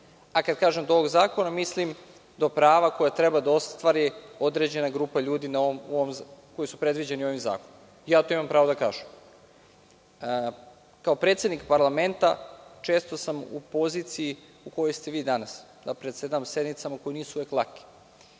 Kad kažem do ovog zakona, mislim do prava koje treba da ostvari određena grupa ljudi koji su predviđeni ovim zakonom. Imam pravo to da kažem. Kao predsednik parlamenta, često sam u poziciji u kojoj ste vi danas, da predsedavam sednicama koje nisu uvek lake.